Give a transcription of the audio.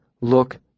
look